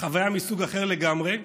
חוויה מסוג אחר לגמרי.